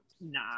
nah